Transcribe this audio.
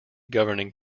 governing